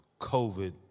COVID